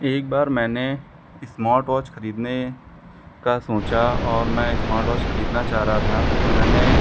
एक बार मैंने इस्मार्टवाच खरीदने का सोचा और मैं इस्मार्टवाच खरीदना चाह रहा था तो मैंने